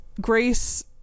Grace